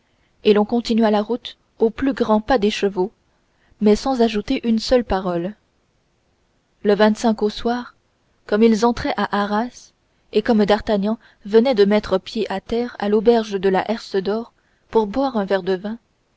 et l'on continua la route au plus grand pas des chevaux mais sans ajouter une seule parole le au soir comme ils entraient à arras et comme d'artagnan venait de mettre pied à terre à l'auberge de la herse d'or pour boire un verre de vin